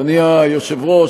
אדוני היושב-ראש,